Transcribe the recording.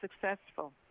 successful